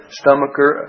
stomacher